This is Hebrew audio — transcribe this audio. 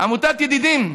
עמותת "ידידים",